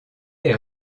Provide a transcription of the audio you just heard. est